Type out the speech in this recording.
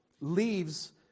leaves